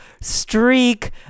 streak